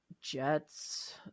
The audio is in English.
jets